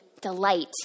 delight